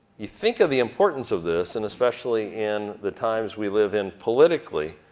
you think of the importance of this and especially in the times we live in politically,